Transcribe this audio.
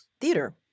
theater